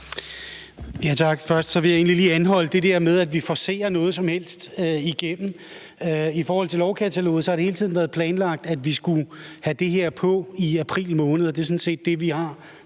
Tak. Først vil jeg egentlig lige anholde det der med, at vi forcerer noget som helst af det, vi får igennem. I forhold til lovkataloget har det hele tiden været planlagt, at vi skulle have det her på i april måned. Og det er sådan set det, vi har